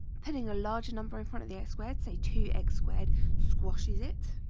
pinning a larger number in front of the x squared say two x squared squashes it